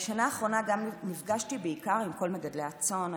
בשנה האחרונה גם נפגשתי בעיקר עם כל מגדלי הצאן.